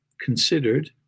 considered